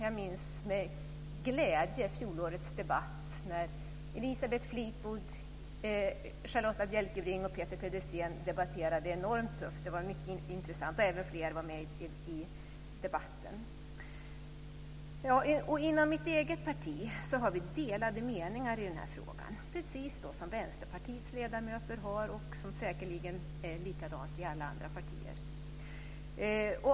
Jag minns med glädje fjolårets debatt när Elisabeth Fleetwood, Charlotta Bjälkebring och Peter Pedersen debatterade enormt tufft. Det var mycket intressant. Även andra var med i debatten. Inom mitt eget parti har vi delade meningar i den här frågan. Det är precis samma sak med Vänsterpartiets ledamöter, och det är säkerligen likadant i alla andra partier.